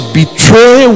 betray